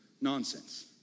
Nonsense